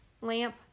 lamp